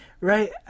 Right